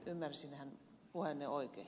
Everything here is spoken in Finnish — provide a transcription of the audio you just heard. ymmärsinhän puheenne oikein